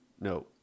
No